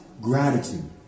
gratitude